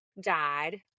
died